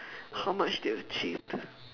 how much they achieved